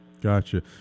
Gotcha